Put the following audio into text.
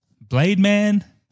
Blade-Man